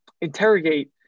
interrogate